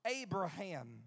Abraham